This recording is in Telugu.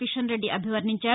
కిషన్ రెడ్డి అభివర్ణించారు